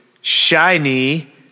shiny